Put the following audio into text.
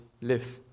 live